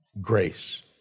Grace